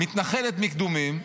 מתנחלת מקדומים,